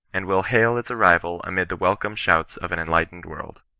and will hail its arrival amid the welcome shouts of an enlightened world.